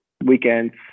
weekends